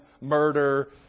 murder